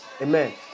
amen